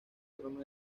trono